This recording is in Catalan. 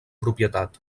propietat